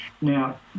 Now